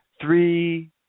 three –